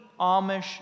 Amish